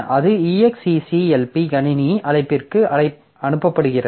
இது execlp கணினி அழைப்பிற்கு அனுப்பப்படுகிறது